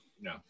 no